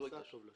הוא עשה טוב.